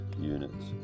units